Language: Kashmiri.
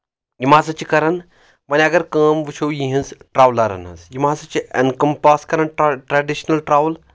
یِم ہسا چھِ کران وۄنۍ اگر کٲم وٕچھو یِہنٛز ٹرٛول ہنٛز یِم ہسا چھِ اینکم پاس کران تہٕ ٹریڈِشنل ٹرٛؤل